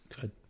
Good